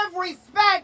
respect